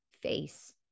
face